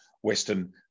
western